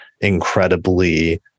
incredibly